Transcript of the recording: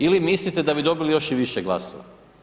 Ili mislite da bi dobili još i više glasova?